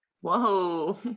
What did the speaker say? Whoa